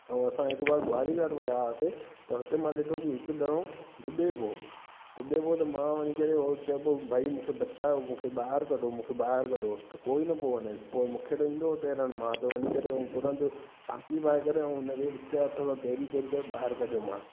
ऐं असां हिकु बार गुआरी घाट वियासीं त हुते मां ॾिठो की हिकु ॼणो डुबे पियो डुबे पियो त मां वञी करे हू चए पियो की भाई मूंखे बचायो मूंखे ॿाहिरि कढो मूंखे ॿाहिरि कढो त कोई न पियो वञेसि पोइ मूंखे त ईंदो हो तैरणु मां त वञी करे ऐं तुरंत भाकी पाए करे उन खे हिकु हथ सां तैरी तैरी करे ॿाहिरि कढियोमांसि